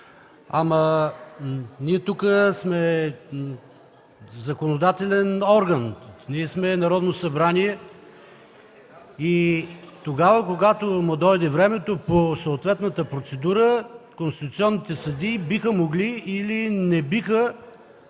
Ние тук сме законодателен орган, ние сме Народно събрание и когато му дойде времето по съответната процедура конституционните съдии биха могли или не биха